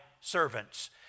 servants